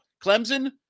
Clemson